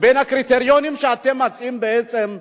לבין הקריטריונים שאתם מציעים בעצם,